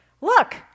look